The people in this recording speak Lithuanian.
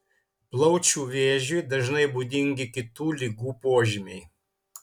plaučių vėžiui dažnai būdingi kitų ligų požymiai